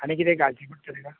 आनी कितें घालचें पडटा तेका